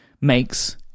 makes